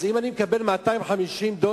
אז אם אני מקבל 250 דולר,